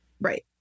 right